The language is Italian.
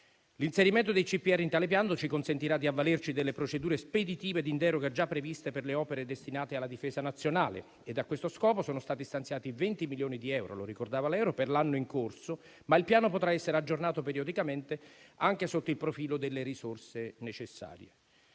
L'inserimento dei CPR in tale piano ci consentirà di avvalerci delle procedure speditive e in deroga già previste per le opere destinate alla difesa nazionale, e a questo scopo sono stati stanziati 20 milioni di euro - lo ricordava lei - per l'anno in corso; ma il piano potrà essere aggiornato periodicamente anche sotto il profilo delle risorse necessarie.